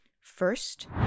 first